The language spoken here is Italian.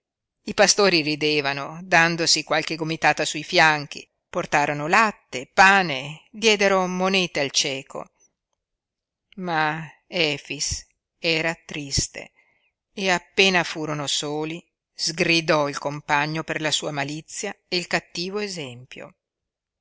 i pastori ridevano dandosi qualche gomitata sui fianchi portarono latte pane diedero monete al cieco ma efix era triste e appena furono soli sgridò il compagno per la sua malizia e il cattivo esempio